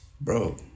bro